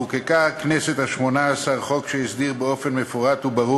חוקקה הכנסת השמונה-עשרה חוק שהסדיר באופן מפורט וברור